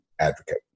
advocate